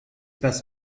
best